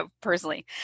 personally